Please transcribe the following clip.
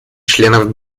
членов